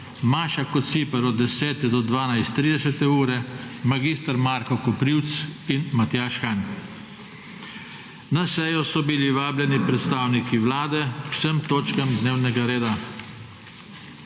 Maša Kociper od 10. do 12.30, mag. Marko Koprivc in Matjaž Han. Na sejo so bili vabljeni predstavniki Vlade k vsem točkam dnevnega reda.